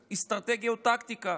אסטרטגיות, טקטיקה.